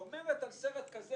שאומרת על סרט כזה,